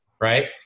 right